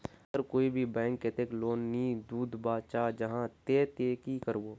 अगर कोई भी बैंक कतेक लोन नी दूध बा चाँ जाहा ते ती की करबो?